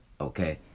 Okay